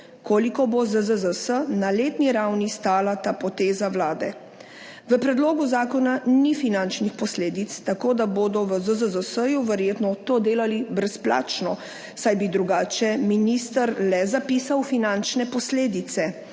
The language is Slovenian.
Koliko bo ZZZS na letni ravni stala ta poteza Vlade, v predlogu zakona ni finančnih posledic, tako bodo v ZZZS verjetno to delali brezplačno, saj bi drugače minister le zapisal finančne posledice.